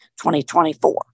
2024